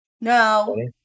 No